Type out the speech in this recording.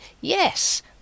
yes